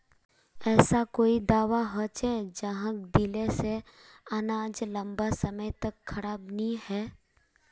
ऐसा कोई दाबा होचे जहाक दिले से अनाज लंबा समय तक खराब नी है?